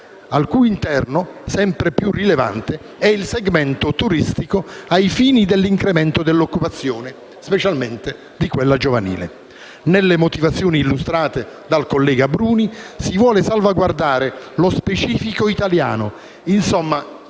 al cui interno sempre più rilevante è il segmento turistico ai fini dell'incremento dell'occupazione, specialmente di quella giovanile. Illustrando le motivazioni della mozione, il collega Bruni ha spiegato che si vuole salvaguardare lo specifico italiano. Insomma,